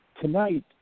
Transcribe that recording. tonight